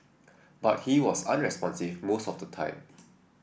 but he was unresponsive most of the time